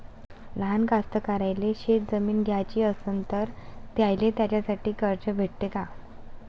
लहान कास्तकाराइले शेतजमीन घ्याची असन तर त्याईले त्यासाठी कर्ज भेटते का?